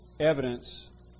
evidence